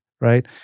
right